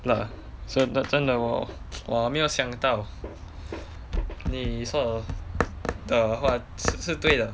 了真的真的我我没有想到你说的话是对的